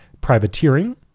privateering